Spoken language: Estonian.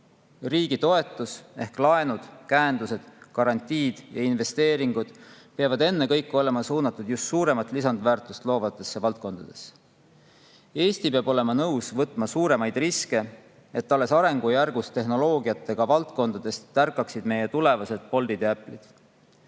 Riigi toetus – laenud, käendused, garantiid ja investeeringud – peab olema ennekõike suunatud just suuremat lisandväärtust loovatesse valdkondadesse. Eesti peab olema nõus võtma suuremaid riske, et alles arengujärgus tehnoloogiatega valdkondadest tärkaksid meie tulevased Boltid ja Apple'id.